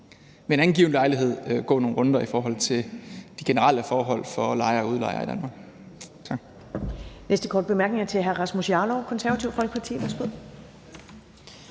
ved en anden given lejlighed gå nogle runder i forhold til de generelle forhold for lejere og udlejere i Danmark.